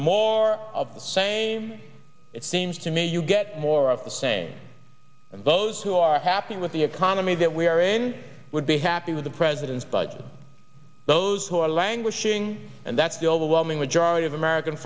more of the same it seems to me you get more of the same and those who are happy with the economy that we're in would be happy with the president's budget those who are languishing and that's the overwhelming majority of american